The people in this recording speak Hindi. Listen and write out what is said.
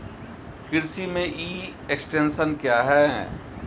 कृषि में ई एक्सटेंशन क्या है?